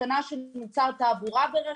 התקנה של מוצר תעבורה ברכב,